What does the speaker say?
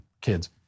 kids